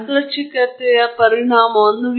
ಈ ದೊಡ್ಡ U matrix ಏಕವಚನ ಅಥವಾ ಪೂರ್ಣ ಶ್ರೇಣಿಯ